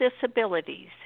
disabilities